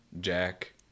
Jack